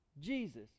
Jesus